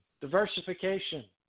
diversification